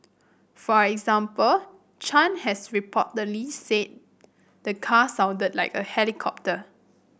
for example Chan has reportedly said the car sounded like a helicopter